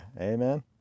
amen